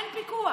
אין פיקוח.